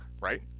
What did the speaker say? right